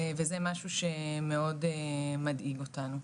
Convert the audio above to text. וזה משהו שמאוד מדאיג אותנו.